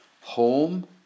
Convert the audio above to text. Home